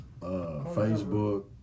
Facebook